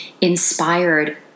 inspired